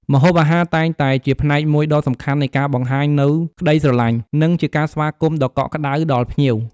ម្ហូបអាហារតែងតែជាផ្នែកមួយដ៏សំខាន់នៃការបង្ហាញនូវក្តីស្រឡាញ់ និងជាការស្វាគមន៍ដ៏កក់ក្ដៅដល់ភ្ញៀវ។